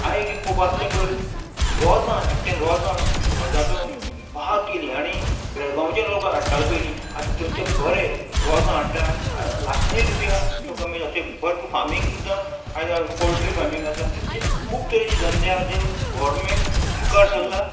हांवें किद पळोवपाक पयर रोजां एकटे रोजां रोजांचो भाग केली आनी बेळगांवचे लोक हाडटाले पयली आतां थंयचे बरें रोजां हाडटा आनी लाखानी रुपया त्यो कमी अशे भरपूर फार्मींग सुद्दां आयज पोल्ट्री फार्मींग आसा खूब तरेची धंद्या ज्यो गोवर्नमेंट मुखार सल्ला